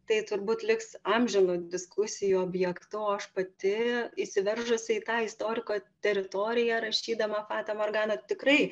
tai turbūt liks amžinu diskusijų objektu o aš pati įsiveržusi į tą istoriko teritoriją rašydama fatą morganą tikrai